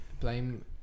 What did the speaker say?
blame